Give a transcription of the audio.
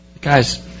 Guys